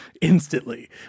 instantly